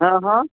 અં હં અહં